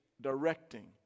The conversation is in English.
directing